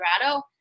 Colorado